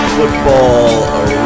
Football